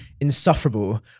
insufferable